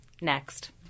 next